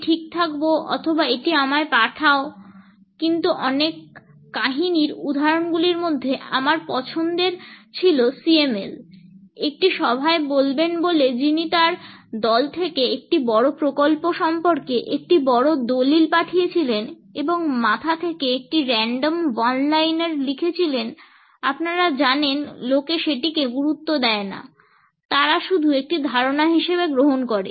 আমি ঠিক থাকব অথবা এটি আমায় পাঠাও কিন্তু অনেক কাহিনীর উদাহরণগুলির মধ্যে আমার পছন্দের ছিল CML একটি সভায় বলবেন বলে যিনি তার দল থেকে একটি বড় প্রকল্প সম্পর্কে একটি বড় দলিল পাঠিয়েছিলেন এবং মাথা থেকে একটি random one liner লিখেছিলেন আপনারা জানেন লোকে সেটিকে গুরুত্ব দেয় না তারা শুধু একটি ধারণা হিসেবে গ্রহণ করে